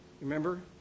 Remember